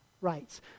rights